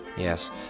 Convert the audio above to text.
Yes